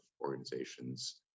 organizations